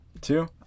Two